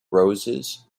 roses